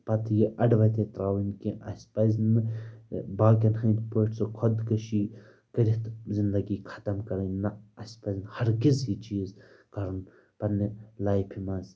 پَتہٕ یہِ اَڑٕ وَتے ترٛاوٕنۍ کینٛہہ اَسہِ پَزِ نہٕ باقیَن ہٕنٛدۍ پٲٹھۍ سُہ خۄدکٔشی کٔرِتھ زِندگی ختم کَرٕنۍ نہ اَسہِ پَزِ نہٕ ہَر کز یہِ چیٖز کَرُن پنٛنہِ لایفہِ منٛز